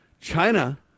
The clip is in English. China